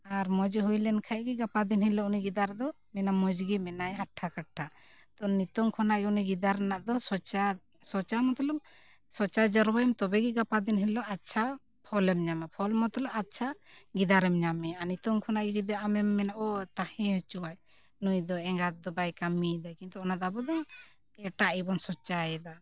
ᱟᱨ ᱢᱚᱡᱮ ᱦᱩᱭᱞᱮᱱ ᱠᱷᱟᱱᱜᱮ ᱜᱟᱯᱟ ᱫᱤᱱ ᱦᱤᱞᱳᱜ ᱩᱱᱤ ᱜᱤᱫᱟᱹᱨ ᱫᱚ ᱢᱮᱱᱟ ᱢᱚᱡᱽ ᱜᱮ ᱢᱮᱱᱟᱭ ᱟᱴᱴᱷᱟᱼᱠᱟᱴᱴᱷᱟ ᱛᱳ ᱱᱤᱛᱚᱜ ᱠᱷᱚᱱᱟᱜ ᱩᱱᱤ ᱜᱤᱫᱟᱹᱨ ᱨᱮᱱᱟᱜ ᱫᱚ ᱥᱳᱪᱟ ᱥᱳᱪᱟ ᱢᱚᱛᱞᱚᱵᱽ ᱥᱳᱪᱟ ᱡᱟᱨᱣᱟᱭᱮᱢ ᱛᱚᱵᱮ ᱜᱮ ᱜᱟᱯᱟ ᱫᱤᱱ ᱦᱤᱞᱳᱜ ᱟᱪᱪᱷᱟ ᱯᱷᱚᱞᱮᱢ ᱧᱟᱢᱟ ᱯᱷᱚᱞ ᱢᱚᱛᱞᱚᱵᱽ ᱟᱪᱪᱷᱟ ᱜᱤᱫᱟᱹᱨᱮᱢ ᱧᱟᱢᱮᱭᱟ ᱟᱨ ᱱᱤᱛᱚᱜ ᱠᱷᱚᱱᱟᱜ ᱜᱮ ᱡᱩᱫᱤ ᱟᱢᱮᱢ ᱢᱮᱱᱟ ᱚᱻ ᱛᱟᱦᱮᱸ ᱚᱪᱚᱣᱟᱭ ᱱᱩᱭ ᱫᱚ ᱮᱸᱜᱟᱛ ᱫᱚ ᱵᱟᱭ ᱠᱟᱹᱢᱤᱭᱮᱫᱟ ᱠᱤᱱᱛᱩ ᱚᱱᱟ ᱫᱚ ᱟᱵᱚ ᱫᱚ ᱮᱴᱟᱜ ᱜᱮ ᱵᱚᱱ ᱥᱚᱪᱟᱭᱮᱫᱟ